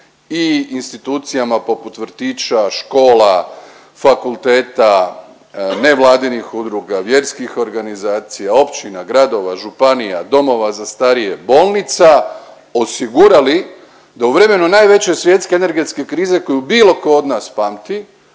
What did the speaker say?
i institucijama poput vrtića, škola, fakulteta, nevladinih udruga, vjerskih organizacija, općina, gradova, županija, domova za starije, bolnica, osigurali da u vremenu najveće svjetske energetske krize koju bilo ko od nas pamti,